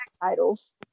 titles